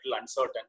uncertain